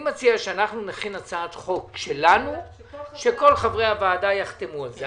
אני מציע שאנחנו נכין הצעת חוק שלנו שכל חברי הוועדה יחתמו עליה.